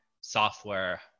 software